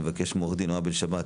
ואני מבקש מעו"ד נעה בן שבת,